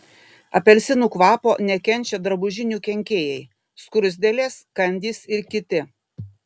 apelsinų kvapo nekenčia drabužinių kenkėjai skruzdėlės kandys ir kiti